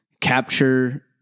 capture